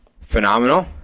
phenomenal